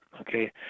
Okay